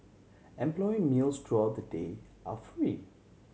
employee meals throughout the day are free